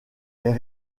est